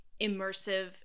immersive